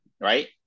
right